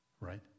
right